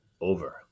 over